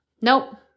nope